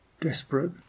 desperate